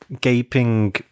gaping